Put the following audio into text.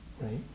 right